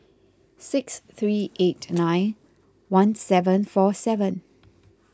six three eight nine one seven four seven